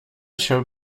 się